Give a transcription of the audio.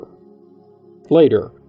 Later